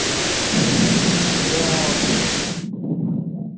क्योंकि